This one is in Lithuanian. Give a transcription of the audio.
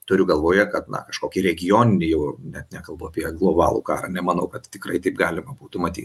turiu galvoje kad na kažkokį regioninį jau net nekalbu apie globalų karą nemanau kad tikrai taip galima būtų matyt